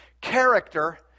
character